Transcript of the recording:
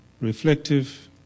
reflective